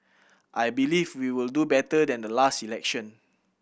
I believe we will do better than the last election